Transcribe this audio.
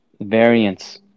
variants